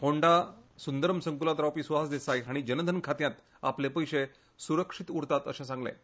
होंडा सुंदरम संकुलांत रावपी सुहास देसाई हांणी जनधन खात्यांत आपले पयर्शे सुरक्षीत उरतात अर्शे सांगलें